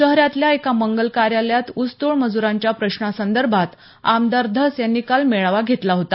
शहरातल्या एका मंगल कार्यालयात उसतोड मजुरांच्या प्रश्नासंदर्भात आमदार धस यांनी काल मेळावा घेतला होता